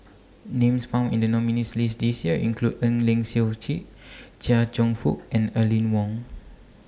Names found in The nominees' list This Year include Eng Lee Seok Chee Chia Cheong Fook and Aline Wong